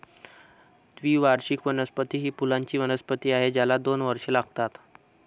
द्विवार्षिक वनस्पती ही फुलांची वनस्पती आहे ज्याला दोन वर्षे लागतात